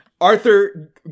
Arthur